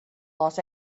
los